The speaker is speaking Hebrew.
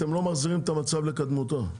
אתם לא מחזירים את המצב לקדמותו.